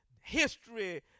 history